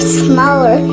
smaller